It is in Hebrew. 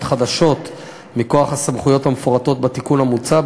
חדשות מכוח הסמכויות המפורטות בתיקון המוצע,